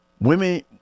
women